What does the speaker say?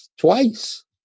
twice